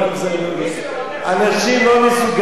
אנשים לא מסוגלים, שאומרים משהו